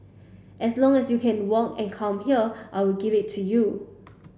as long as you can walk and come here I will give it to you